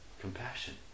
compassion